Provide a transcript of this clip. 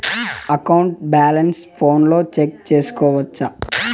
account balance ఫోనులో check సేసుకోవచ్చా